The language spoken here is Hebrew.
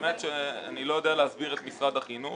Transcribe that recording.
אז באמת אני לא יודע להסביר את משרד החינוך,